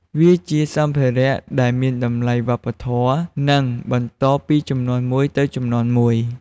វាជាសម្ភារ:ដែលមានតម្លៃវប្បធម៌ និងបន្តពីជំនាន់មួយទៅជំនាន់មួយ។